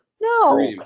No